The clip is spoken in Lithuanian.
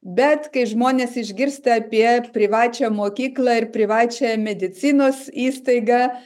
bet kai žmonės išgirsta apie privačią mokyklą ir privačią medicinos įstaigą